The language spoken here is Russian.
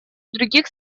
других